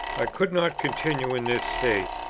i could not continue in this state,